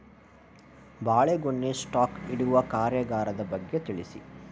ಬಾಳೆಗೊನೆ ಸ್ಟಾಕ್ ಇಡುವ ಕಾರ್ಯಗಾರದ ಬಗ್ಗೆ ತಿಳಿಸಿ